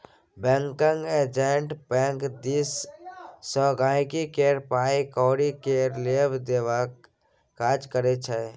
banking agent bank दिस सँ गांहिकी केर पाइ कौरी केर लेब देबक काज करै छै